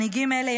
מנהיגים אלה,